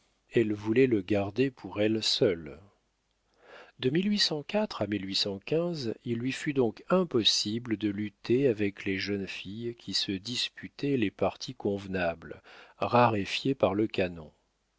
elle voulait le garder pour elle seule de à il lui fut donc impossible de lutter avec les jeunes filles qui se disputaient les partis convenables raréfiés par le canon